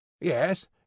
Yes